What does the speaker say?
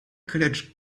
college